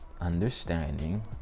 understanding